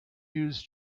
use